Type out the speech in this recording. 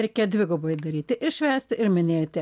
reikia dvigubai daryti ir švęsti ir minėti